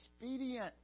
expedient